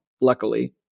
luckily